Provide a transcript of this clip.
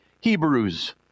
Hebrews